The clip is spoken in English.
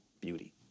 beauty